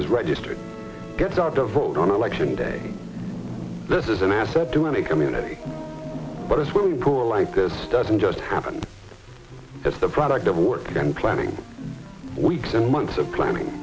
is registered to vote on election day this is an asset to any community but a swimming pool like this doesn't just happen if the product of work and planning weeks and months of planning